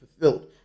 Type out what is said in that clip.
fulfilled